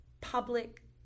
public